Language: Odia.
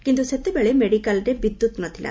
କିନ୍ତୁ ସେତେବେଳେ ମେଡ଼ିକାଲରେ ବିଦ୍ୟୁତ୍ ନଥିଲା